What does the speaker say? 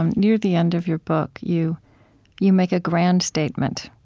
um near the end of your book, you you make a grand statement.